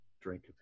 drink